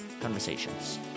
conversations